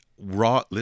raw